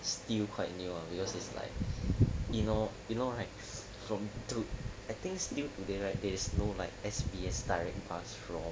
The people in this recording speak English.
still quite new ah because it's like you know you know right from to I think still today right there's no like S_B_S direct bus from